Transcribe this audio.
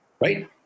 right